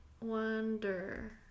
Wonder